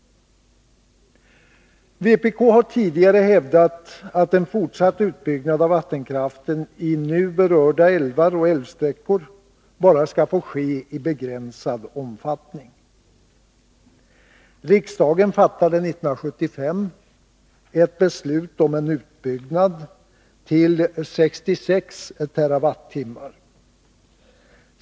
Vpk har tidigare hävdat att en fortsatt utbyggnad av vattenkraften i nu berörda älvar och älvsträckor bara skall få ske i begränsad omfattning. Riksdagen fattade 1975 ett beslut om en utbyggnad till 66 TWh.